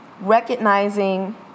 recognizing